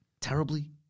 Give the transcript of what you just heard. terribly